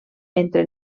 entre